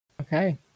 Okay